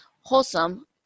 wholesome